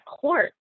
court